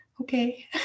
okay